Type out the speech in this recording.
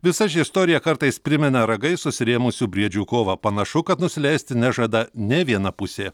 visa ši istorija kartais primena ragais susirėmusių briedžių kovą panašu kad nusileisti nežada nė viena pusė